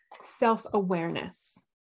self-awareness